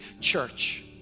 church